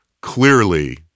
clearly